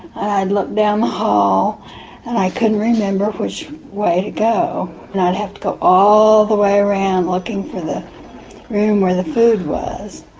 i'd look down the hall and i couldn't remember which way to go and i'd have to go all the way around looking for the room where the food was.